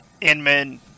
Inman